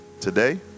today